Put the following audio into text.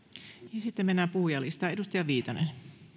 sitten mennään puhujalistaan edustaja viitanen